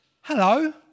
hello